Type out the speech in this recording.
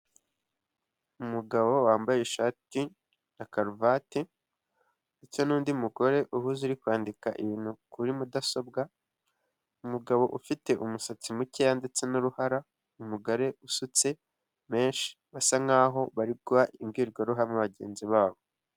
Umugabo wambaye ishati na karuvati ndetse n'undi mugore uhuze kwandika ibintu kuri mudasobwa, umugabo ufite umusatsi mukeya ndetse n'uruhara, umugore usutse menshi, basa nkaho bariguha imbwirwaruhame bagenzi babo.